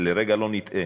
שלרגע לא נטעה,